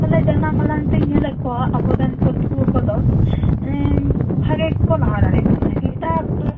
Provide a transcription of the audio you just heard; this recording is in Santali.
ᱦᱟᱞᱮ ᱡᱟᱢᱟ ᱢᱟᱬᱟᱝ ᱛᱤᱧ ᱧᱮᱞᱮᱫ ᱠᱚᱣᱟ ᱟᱵᱚᱨᱮᱱ ᱯᱟ ᱴᱷᱩᱣᱟ ᱠᱚᱫᱚ ᱮᱸᱻ ᱵᱷᱟᱹᱜᱤ ᱜᱮᱠᱚ ᱞᱟᱦᱟ ᱫᱟᱲᱮᱭᱟᱜ ᱠᱟᱱᱟ ᱮᱴᱟᱜ